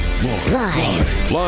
Live